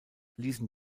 ließen